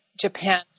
Japan